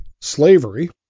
Slavery